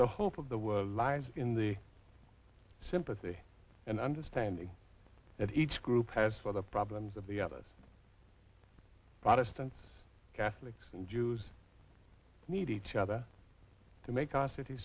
the hope of the world lies in the sympathy and understanding that each group has for the problems of the other protestants catholics and jews need each other to make our cit